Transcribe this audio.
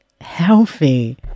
healthy